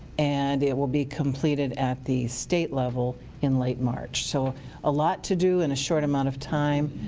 and it will be completed at the state level in late march. so a lot to do in a short amount of time.